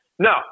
No